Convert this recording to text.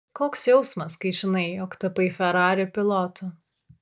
koks jausmas kai žinai jog tapai ferrari pilotu